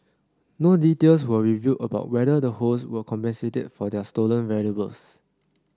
no details were revealed about whether the host were compensated for their stolen valuables